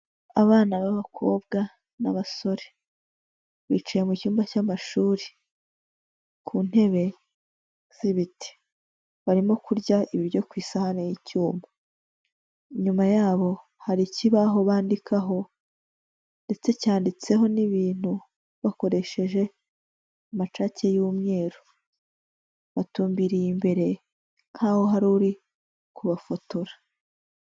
Abana b'abakobwa n'abasore, bicaye mu cyumba cy'amashuri ku ntebe z'ibiti. Barimo kurya ibiryo ku isahani y'icyuma, inyuma yabo hari ikibaho bandikaho ndetse cyanditseho n'ibintu bakoresheje amacake y'umweru. Batumbiriye imbere nk'aho hari uri kubafotora.